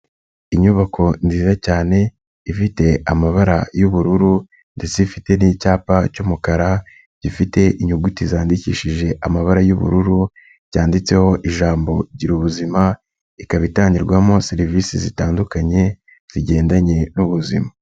Inyubako nziza cyane ifite amabara y'ubururu ndetse ifite n'icyapa cy'umukara gifite inyuguti zandikishije amabara y'ubururu, cyanditseho ijambo Girubuzima, ikabatangirwamo serivise zitandukanye zigendanye n'ubuzima.